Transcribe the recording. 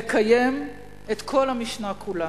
לקיים את כל המשנה כולה.